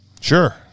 Sure